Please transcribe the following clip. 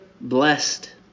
blessed